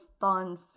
fun